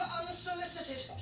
Unsolicited